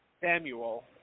Samuel